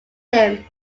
him